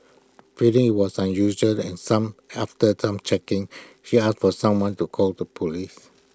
feeling IT was unusual and some after some checking she asked for someone to call the Police